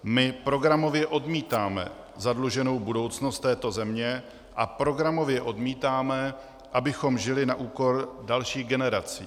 My programově odmítáme zadluženou budoucnost této země a programově odmítáme, abychom žili na úkor dalších generací.